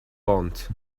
bont